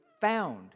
found